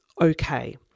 okay